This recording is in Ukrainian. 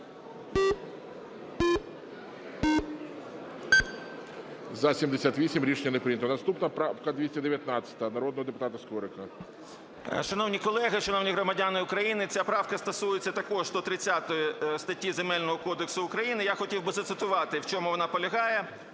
За-78 Рішення не прийнято. Наступна правка 219 народного депутата Скорика. 10:33:53 СКОРИК М.Л. Шановні колеги, шановні громадяни України, ця правка стосується також 130 статті Земельного кодексу України. Я хотів би зацитувати, в чому вона полягає: